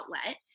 outlet